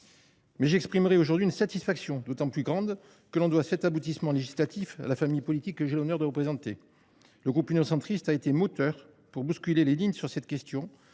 Mais j’exprimerai aujourd’hui une satisfaction d’autant plus grande que l’on doit cet aboutissement législatif à la famille politique que j’ai l’honneur de représenter. Le groupe Union Centriste a été moteur pour bousculer les lignes sur cette question